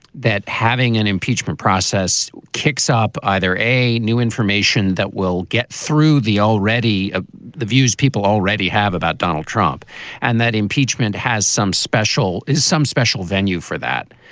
that having an impeachment process kicks up either a new information that will get through the already ah views people already have about donald trump and that impeachment has some special is some special venue for that.